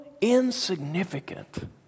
insignificant